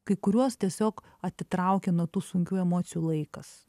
kai kuriuos tiesiog atitraukia nuo tų sunkių emocijų laikas